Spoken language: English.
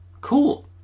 Cool